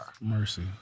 mercy